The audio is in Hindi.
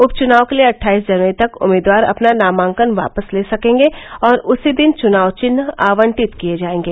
उपचनाव के लिए अटठाइस जनवरी तक उम्मीदवार अपना नामांकन वापस ले सकेंगे और उसी दिन चनाव विन्ह आवंटित किए जाएंगे